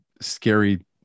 scary